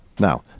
Now